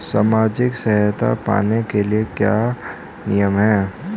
सामाजिक सहायता पाने के लिए क्या नियम हैं?